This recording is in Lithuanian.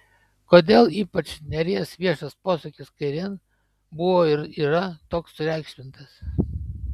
kodėl ypač nėries viešas posūkis kairėn buvo ir yra toks sureikšmintas